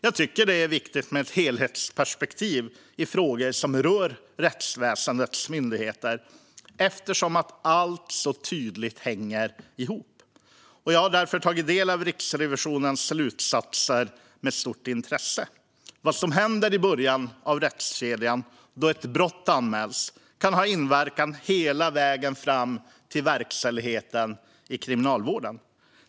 Jag tycker att det är viktigt med ett helhetsperspektiv i frågor som rör rättsväsendets myndigheter eftersom allt så tydligt hänger samman, och jag har därför tagit del av Riksrevisionens slutsatser med stort intresse. Vad som händer i början av rättskedjan, då ett brott anmäls, kan ha inverkan hela vägen fram till verkställigheten i kriminalvården.